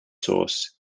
source